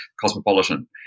cosmopolitan